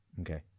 Okay